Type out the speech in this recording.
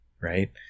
right